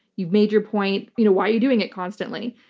you've made your point. you know why are you doing it constantly?